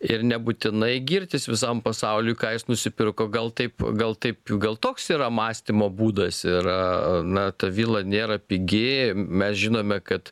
ir nebūtinai girtis visam pasauliui ką jis nusipirko gal taip gal taip gal toks yra mąstymo būdas ir na ta vila nėra pigi mes žinome kad